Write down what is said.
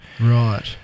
Right